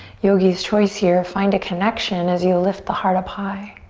yogi's choice here. find a connection as you lift the heart up high.